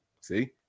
see